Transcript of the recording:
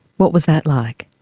what was that like?